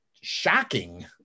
shocking